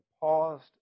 paused